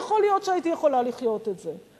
יכול להיות שהייתי יכולה לחיות עם זה.